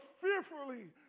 fearfully